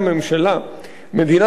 מדינת ישראל היא לא אימפריה.